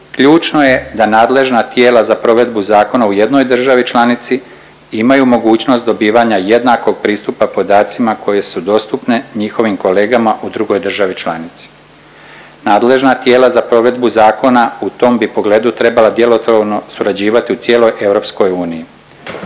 ključno je da nadležna tijela za provedbu zakona u jednoj državi članici imaju mogućnost dobivanja jednakog pristupa podacima koje su dostupne njihovim kolegama u drugoj državi članici. Nadležna tijela za provedbu zakona u tom bi pogledu trebala djelotvorno surađivati u cijeloj EU. Usvajanjem